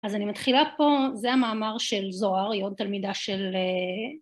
אז אני מתחילה פה, זה המאמר של זוהר, היא עוד תלמידה של...